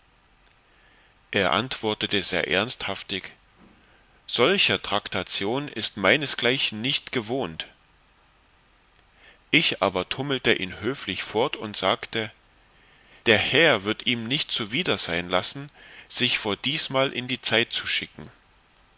er antwortete sehr ernsthaftig solcher traktation ist meinesgleichen nicht gewohnt ich aber tummelte ihn höflich fort und sagte der herr wird ihm nicht zuwider sein lassen sich vor diesmal in die zeit zu schicken